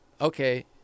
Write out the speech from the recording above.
okay